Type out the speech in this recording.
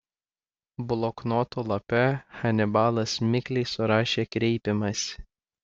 bloknoto lape hanibalas mikliai surašė kreipimąsi